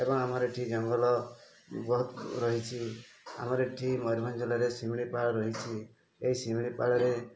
ଏବଂ ଆମର ଏଠି ଜଙ୍ଗଲ ବହୁତ ରହିଛି ଆମର ଏଠି ମୟୁରଭଞ୍ଜ ଜିଲ୍ଲାରେ ଶିମିଳିପାଳ ରହିଛି ଏହି ଶିମିଳିପାଳରେ